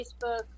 Facebook